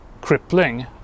crippling